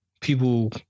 people